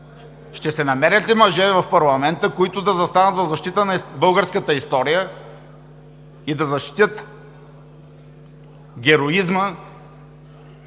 Ще се намерят ли мъже в парламента, които да застанат в защита на българската история и да защитят героизма,